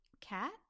cat